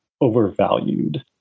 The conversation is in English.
overvalued